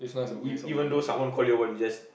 e~ e~ even though someone call you or what you just